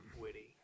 Witty